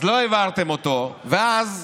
אז לא העברת אותו, ואז